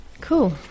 Cool